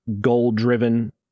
goal-driven